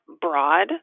broad